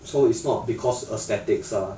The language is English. so it's not because aesthetics lah